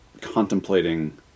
contemplating